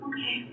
Okay